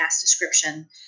description